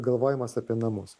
galvojimas apie namus